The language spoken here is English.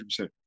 100%